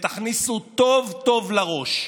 ותכניסו טוב טוב לראש: